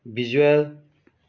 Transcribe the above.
visual